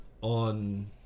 on